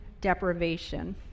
deprivation